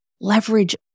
Leverage